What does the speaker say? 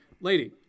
lady